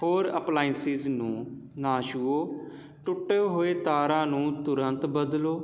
ਹੋਰ ਅਪਲਾਂਇਸਿਸ ਨੂੰ ਨਾ ਛੂਹੋ ਟੁੱਟੇ ਹੋਏ ਤਾਰਾਂ ਨੂੰ ਤੁਰੰਤ ਬਦਲੋ